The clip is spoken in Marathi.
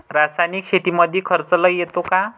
रासायनिक शेतीमंदी खर्च लई येतो का?